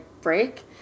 break